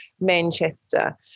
Manchester